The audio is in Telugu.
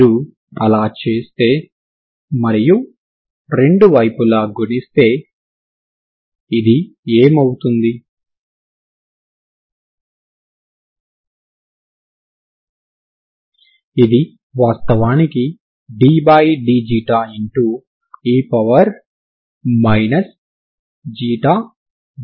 మీరు అలా చేస్తే మరియు రెండు వైపులా గుణిస్తే ఇది ఏమవుతుంది ఇది వాస్తవానికి dξ e 3